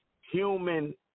human